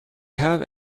have